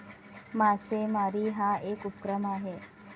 मासेमारी हा एक उपक्रम आहे